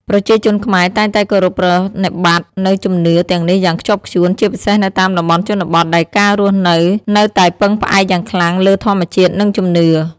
ប្រជាជនខ្មែរតែងតែគោរពប្រណិប័តន៍នូវជំនឿទាំងនេះយ៉ាងខ្ជាប់ខ្ជួន ជាពិសេសនៅតាមតំបន់ជនបទ ដែលការរស់នៅនៅតែពឹងផ្អែកយ៉ាងខ្លាំងលើធម្មជាតិ និងជំនឿ។